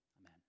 Amen